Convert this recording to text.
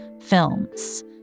films